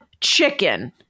chicken